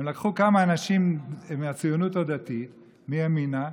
הם לקחו כמה אנשים מהציונות הדתית, מימינה,